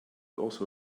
also